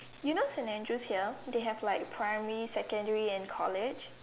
you know Saint Andrew's here they have like primary secondary and college